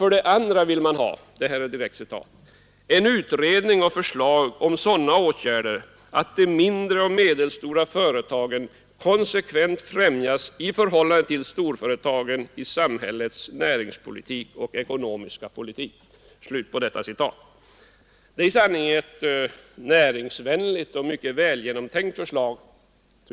För det andra vill man ha ”utredning och förslag om sådana åtgärder att de mindre och medelstora företagen konsekvent främjas i förhållande till storföretagen i samhällets näringspolitik och ekonomiska politik”. Det är i sanning ett näringsvänligt och välgenomtänkt förslag!